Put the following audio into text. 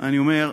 אני אומר,